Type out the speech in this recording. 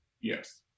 Yes